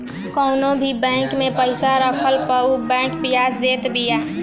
कवनो भी बैंक में पईसा रखला पअ बैंक बियाज देत बिया